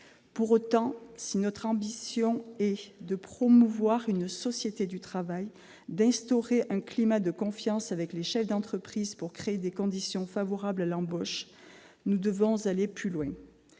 Pour autant, si notre ambition est de promouvoir une société du travail, d'instaurer un climat de confiance avec les chefs d'entreprise pour créer des conditions favorables à l'embauche, nous devons aller plus loin.